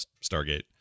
Stargate